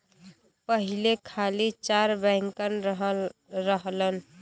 पहिले खाली चार बैंकन रहलन